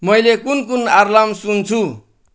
मैले कुन कुन अलार्म सुन्छु